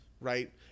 Right